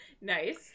Nice